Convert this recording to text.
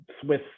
Swiss